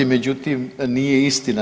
Međutim, nije istina.